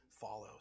follows